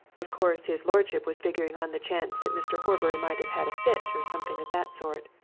of course, his lordship was figuring on the chance that mr. horbury might have had a fit, or something of that sort,